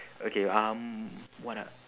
okay um what are